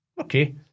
Okay